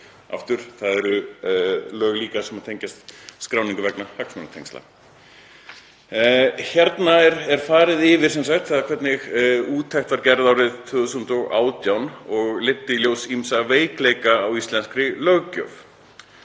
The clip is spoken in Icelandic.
Það eru líka lög sem tengjast skráningu vegna hagsmunatengsla. Hér er farið yfir það hvernig úttekt var gerð árið 2018 og leiddi í ljós ýmsa veikleika á íslenskri löggjöf